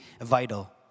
vital